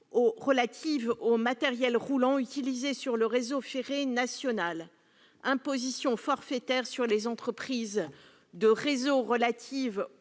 relative au matériel roulant utilisé sur le réseau ferré national ; l'imposition forfaitaire sur les entreprises de réseaux relative aux